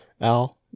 Al